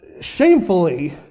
shamefully